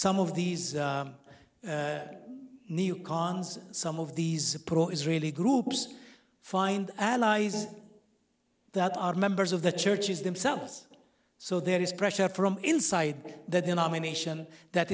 some of these new cons some of these approaches really groups find allies that are members of the churches themselves so there is pressure from inside the denomination that